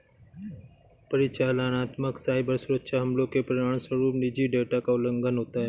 परिचालनात्मक साइबर सुरक्षा हमलों के परिणामस्वरूप निजी डेटा का उल्लंघन होता है